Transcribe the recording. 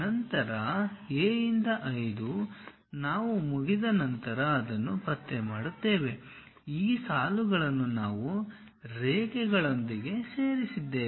ನಂತರ A 5 ನಾವು ಮುಗಿದ ನಂತರ ಅದನ್ನು ಪತ್ತೆ ಮಾಡುತ್ತೇವೆ ಈ ಸಾಲುಗಳನ್ನು ನಾವು ರೇಖೆಗಳೊಂದಿಗೆ ಸೇರಿಸಿದ್ದೇವೆ